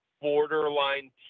Borderline